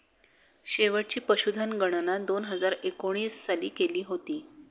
शेवटची पशुधन गणना दोन हजार एकोणीस साली केली होती